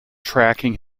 tracking